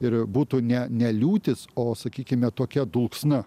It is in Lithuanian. ir būtų ne ne liūtys o sakykime tokia dulksna